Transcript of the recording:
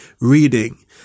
reading